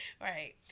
right